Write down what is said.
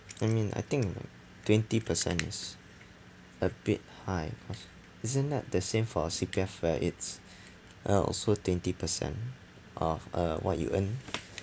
I mean I think twenty percent is a bit high isn't that the same for C_P_F where it's uh also twenty percent of uh what you earn